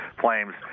Flames